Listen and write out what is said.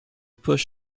push